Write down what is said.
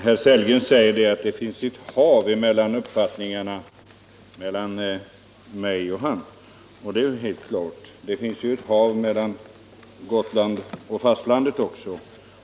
Herr talman! Herr Sellgren säger att det finns ett hav mellan hans uppfattning och min, och det är helt klart. Men det finns ett hav mellan Gotland och fastlandet också.